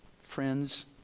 friends